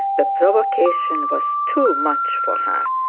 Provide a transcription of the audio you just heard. the provocation was too much for her,